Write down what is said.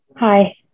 Hi